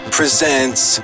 presents